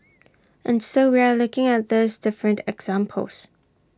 and so we are looking at these different examples